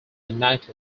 united